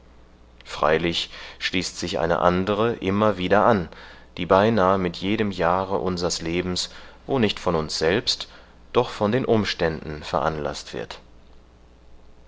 freilich schließt sich eine andere immer wieder an die beinahe mit jedem jahre unsers lebens wo nicht von uns selbst doch von den umständen veranlaßt wird